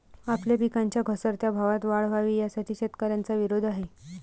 आपल्या पिकांच्या घसरत्या भावात वाढ व्हावी, यासाठी शेतकऱ्यांचा विरोध आहे